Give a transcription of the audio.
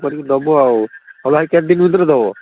କରିକି ଦବ ଆଉ ହଉ ଭାଇ କେତେଦିନ ଭିତରେ ଦବ